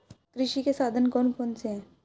कृषि के साधन कौन कौन से हैं?